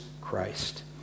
Christ